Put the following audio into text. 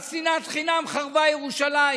על שנאת חינם חרבה ירושלים,